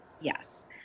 Yes